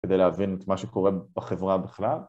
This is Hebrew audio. כדי להבין את מה שקורה בחברה בכלל